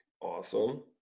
Awesome